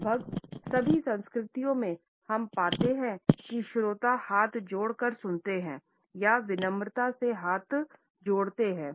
लगभग सभी संस्कृतियों में हम पाते हैं कि श्रोता हाथ जोड़कर सुनते हैं या विनम्रता से हाथ जोड़ते हैं